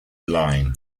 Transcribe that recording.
line